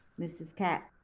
ms. katz?